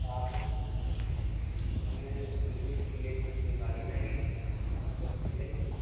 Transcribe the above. آپ کے پاس ہمیں ٹورزم کے لیے ایک منتھ کے لیے گاڑی چاہیے تھی آپ کے پاس مل جائے گی